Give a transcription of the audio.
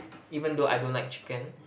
even though I don't like chicken